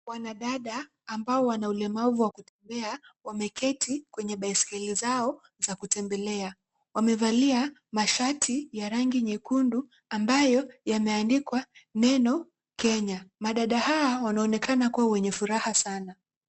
Wanadada ambao wana ulemavu wa kutembea, wameketi kwenye baiskeli zao za kutembelea. Wamevalia mashati ya rangi nyekundu, ambayo yameandikwa neno Kenya. Wanadada hawa wanaonekana kuwa wenye furaha sana.